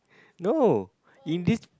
no in this